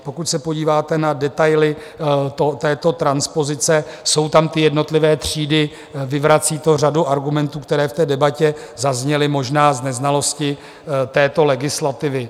Pokud se podíváte na detaily této transpozice, jsou tam jednotlivé třídy, vyvrací to řadu argumentů, které v té debatě zazněly možná z neznalosti této legislativy.